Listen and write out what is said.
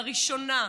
לראשונה,